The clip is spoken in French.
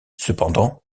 cependant